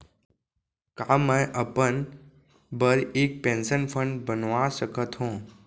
का मैं अपन बर एक पेंशन फण्ड बनवा सकत हो?